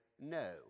no